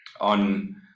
on